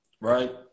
right